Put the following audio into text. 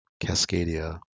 Cascadia